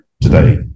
today